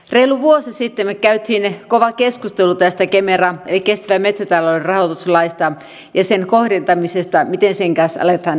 reilu vuosi sitten me kävimme kovan keskustelun tästä kemera eli kestävän metsätalouden rahoituslaista ja sen kohdentamisesta miten sen kanssa aletaan toimimaan